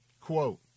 quote